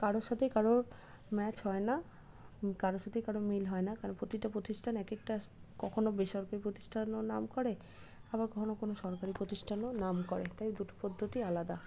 কারোর সাথে কারোর ম্যাচ হয় না কারোর সাথেই কারোর মিল হয় না কারণ প্রতিটা প্রতিষ্ঠান এক একটা কখনও বেসরকারি প্রতিষ্ঠানও নাম করে আবার কখনও কখনও সরকারি প্রতিষ্ঠানও নাম করে তাই দুটো পদ্ধতি আলাদা